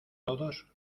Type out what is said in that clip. todos